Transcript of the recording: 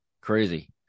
crazy